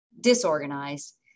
disorganized